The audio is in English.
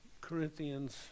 Corinthians